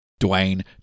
Dwayne